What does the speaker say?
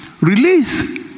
Release